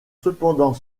cependant